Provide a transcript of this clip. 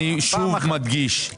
אז אני שוב מדגיש,